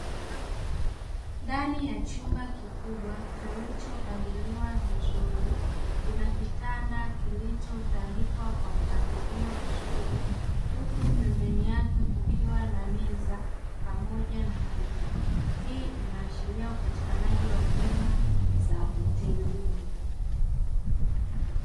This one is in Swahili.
Ndani ya chumba kikubwa kilichopangiliwa vizuri kuna kitanda kilichotandikwa kwa mpangilio mzuri huku pembeni yake kukiwa na meza pamoja na kiti, hii inaashiria upatikanaji wa huduma za hotelini.